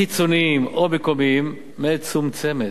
חיצוניים או מקומיים, מצומצמת.